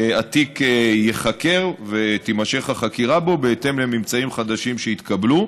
התיק ייחקר ותימשך החקירה בו בהתאם לממצאים חדשים שיתקבלו.